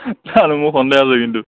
জানো মোৰ সন্দেহ আছে কিন্তু